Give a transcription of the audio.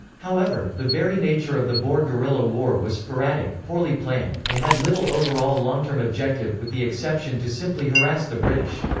however, the very nature of the boer guerrilla war was sporadic, poorly planned, and had little overall long-term objective, with the exception to simply harass the british.